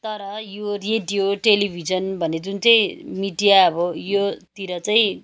तर यो radio television भन्ने जुन चाहिँ मिडिया अब योतिर चाहिँ